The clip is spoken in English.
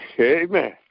Amen